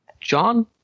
John